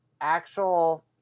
actual